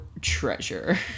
treasure